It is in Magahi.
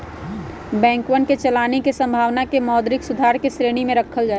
बैंकवन के चलानी के संभावना के मौद्रिक सुधार के श्रेणी में रखल जाहई